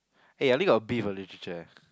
hey I only got B for literature eh